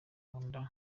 nkunda